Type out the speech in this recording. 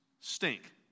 stink